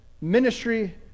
ministry